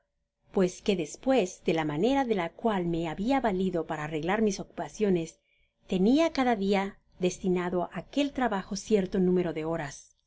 paes que despues de la manera de la cual me habia valido para arreglar mis ocupaciones tenia cada dia destinado á aquel trabajo cierto número de horas